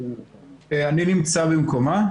אני נמצא במקומה.